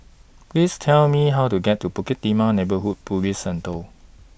Please Tell Me How to get to Bukit Timah Neighbourhood Police Centre